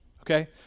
okay